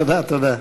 תודה, תודה.